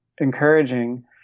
encouraging